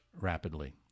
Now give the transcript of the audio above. rapidly